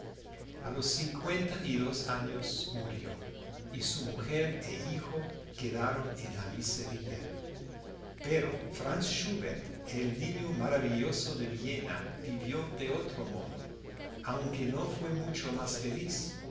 a los cincuenta y dos años murió y su mujer e hijo quedaron en la miseria pero franz schubert el niño maravilloso de viena vivió de otro modo aunque no fue mucho más feliz